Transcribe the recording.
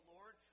Lord